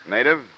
Native